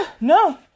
no